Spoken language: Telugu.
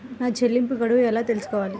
నా చెల్లింపు గడువు ఎలా తెలుసుకోవాలి?